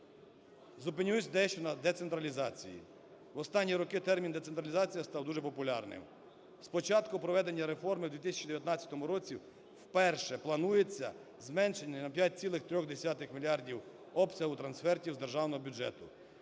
Зупинюсь дещо на децентралізації. В останні роки термін "децентралізація" став дуже популярним. З початку проведення реформи в 2019 році вперше планується зменшення на 5,3 мільярдів обсягу трансфертів з Державного бюджету.